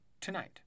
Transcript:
tonight